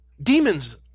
Demons